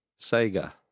Sega